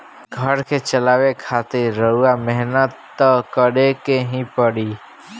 घर के चलावे खातिर रउआ मेहनत त करें के ही पड़ी